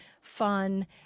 fun